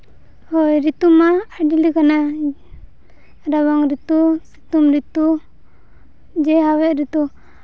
ᱦᱳᱭ ᱨᱤᱛᱩ ᱢᱟ ᱟᱹᱰᱤ ᱞᱮᱠᱟ ᱨᱟᱵᱟᱝ ᱨᱤᱛᱩ ᱥᱤᱛᱩᱝ ᱨᱤᱛᱩ ᱡᱮ ᱦᱟᱣᱦᱮᱫ ᱨᱤᱛᱩ